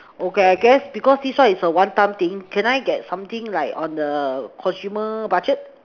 okay I guess because this one is a one time thing can I get something like on a consumer budget